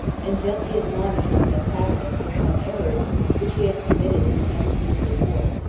and gently admonished his antagonist of some errors which he had committed in the management of the war.